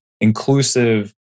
inclusive